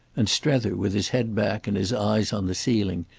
and strether, with his head back and his eyes on the ceiling,